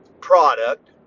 product